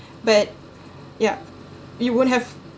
but yup you won't have